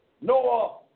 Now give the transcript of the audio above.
Noah